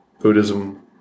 Buddhism